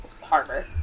harbor